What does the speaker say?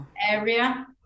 area